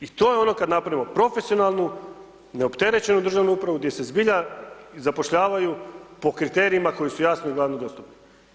I to je ono kad napravimo profesionalnu, neopterećenu državnu upravu, gdje se zbilja zapošljavaju po kriterijima koji su jasni i …/nerazumljivo/… dostupni.